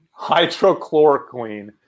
Hydrochloroquine